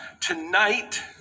Tonight